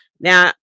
Now